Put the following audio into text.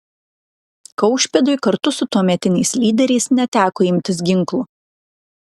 kaušpėdui kartu su tuometiniais lyderiais neteko imtis ginklų